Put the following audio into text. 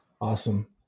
Awesome